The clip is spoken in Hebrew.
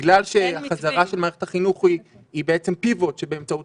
בגלל שהחזרה של מערכת החינוך היא בעצם פיבוט שבאמצעותו